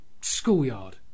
Schoolyard